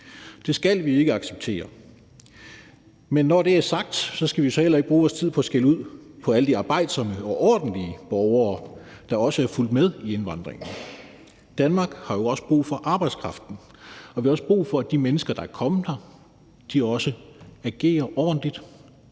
Det skal vi ikke acceptere. Men når det er sagt, skal vi jo heller ikke bruge vores tid på at skælde ud på alle de arbejdsomme og ordentlige borgere, der også er fulgt med i indvandringen. Danmark har jo også brug for arbejdskraften, og vi har brug for, at de mennesker, der er kommet her, agerer ordentligt